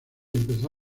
empezó